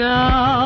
Now